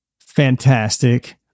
fantastic